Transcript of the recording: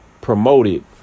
promoted